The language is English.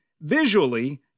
visually